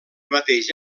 mateix